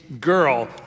girl